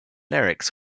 lyrics